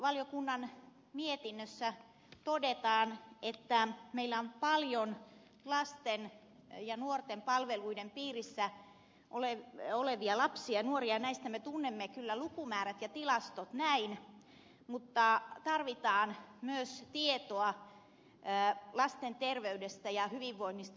valtiovarainvaliokunnan mietinnössä todetaan että meillä on paljon lasten ja nuorten palveluiden piirissä olevia lapsia ja nuoria ja näistä me tunnemme kyllä lukumäärät ja tilastot mutta tarvitaan myös tietoa lasten terveydestä ja hyvinvoinnista